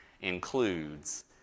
includes